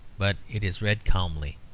but it is read calmly.